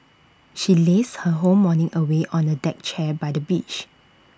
she lazed her whole morning away on A deck chair by the beach